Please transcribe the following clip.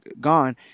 gone